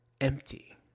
empty